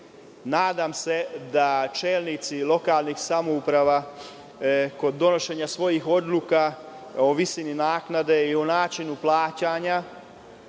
da će čelnici lokalnih samouprava kod donošenja svojih odluka o visini naknade i o načinu plaćanja